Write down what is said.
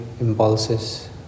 impulses